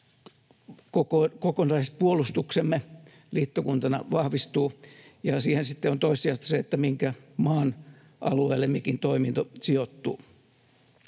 kokonaispuolustuksemme liittokuntana vahvistuu. Siinä sitten on toissijaista se, minkä maan alueelle mikin toiminto sijoittuu.